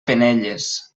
penelles